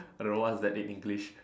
are the ones that ain't English